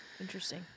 Interesting